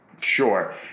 sure